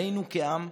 עלינו כעם,